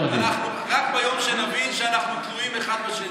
רק שלא נהיה תלויים אחד ליד השני.